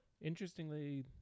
Interestingly